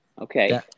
Okay